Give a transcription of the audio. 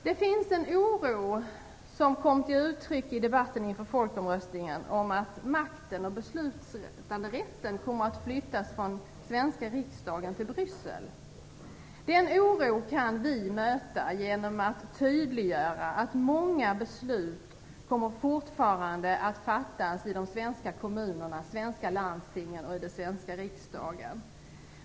Det finns en oro, som kom till uttryck i debatten inför folkomröstningen, om att makten och beslutanderätten kommer att flyttas från svenska riksdagen till Bryssel. Den oron kan vi bemöta genom att tydliggöra att många beslut fortfarande kommer att fattas av de svenska kommunerna, svenska landstingen och den svenska riksdagen.